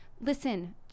listen